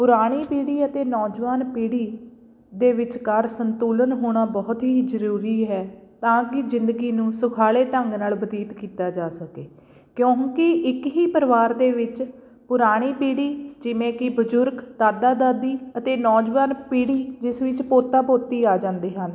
ਪੁਰਾਣੀ ਪੀੜ੍ਹੀ ਅਤੇ ਨੌਜਵਾਨ ਪੀੜ੍ਹੀ ਦੇ ਵਿਚਕਾਰ ਸੰਤੁਲਨ ਹੋਣਾ ਬਹੁਤ ਹੀ ਜ਼ਰੂਰੀ ਹੈ ਤਾਂ ਕਿ ਜ਼ਿੰਦਗੀ ਨੂੰ ਸੁਖਾਲੇ ਢੰਗ ਨਾਲ ਬਤੀਤ ਕੀਤਾ ਜਾ ਸਕੇ ਕਿਉਂਕਿ ਇੱਕ ਹੀ ਪਰਿਵਾਰ ਦੇ ਵਿੱਚ ਪੁਰਾਣੀ ਪੀੜ੍ਹੀ ਜਿਵੇਂ ਕਿ ਬਜ਼ੁਰਗ ਦਾਦਾ ਦਾਦੀ ਅਤੇ ਨੌਜਵਾਨ ਪੀੜ੍ਹੀ ਜਿਸ ਵਿੱਚ ਪੋਤਾ ਪੋਤੀ ਆ ਜਾਂਦੇ ਹਨ